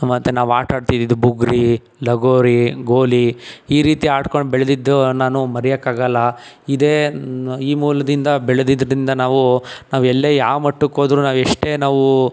ಮತ್ತು ನಾವು ಆಟಾಡ್ತಿದ್ದಿದ್ದು ಬುಗುರಿ ಲಗೋರಿ ಗೋಲಿ ಈ ರೀತಿ ಆಡ್ಕೊಂಡು ಬೆಳೆದಿದ್ದು ನಾನು ಮರೆಯಕ್ಕಾಗಲ್ಲ ಇದೇ ಈ ಮೂಲದಿಂದ ಬೆಳೆದಿದ್ರಿಂದ ನಾವು ನಾವು ಎಲ್ಲೇ ಯಾವ ಮಟ್ಟಕ್ಕೋದ್ರೂ ನಾವು ಎಷ್ಟೇ ನಾವು